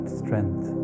strength